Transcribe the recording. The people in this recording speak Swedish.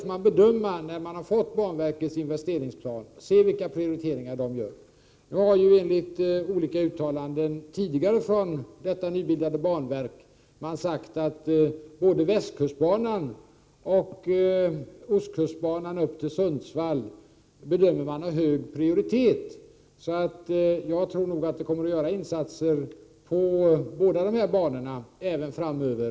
När vi väl har fått banverkets investeringsplan får vi göra en bedömning med hänsyn tagen till de prioriteringar som man gör. I olika uttalanden tidigare har man från detta nybildade banverks sida sagt att både västkustbanan och ostkustbanan upp till Sundsvall bedöms ha hög prioritet. Jag tror därför att insatser kommer att göras beträffande båda dessa banor även framöver.